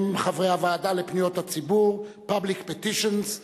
הם חברי הוועדה לפניות הציבור, Public Petitions.